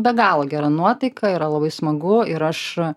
be galo gera nuotaika yra labai smagu ir aš